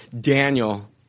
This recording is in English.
Daniel